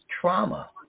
trauma